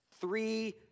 three